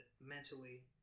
mentally